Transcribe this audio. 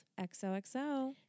XOXO